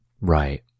Right